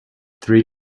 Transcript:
three